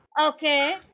Okay